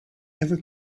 ever